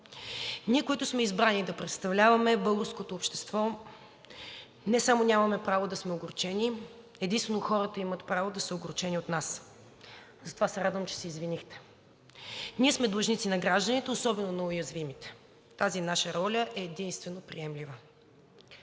Ние, които сме избрани да представляваме българското общество, не само нямаме право да сме огорчени, единствено хората имат право да са огорчени от нас. Затова се радвам, че се извинихте. Ние сме длъжници на гражданите, особено на уязвимите. Тази наша роля е единствено приемлива.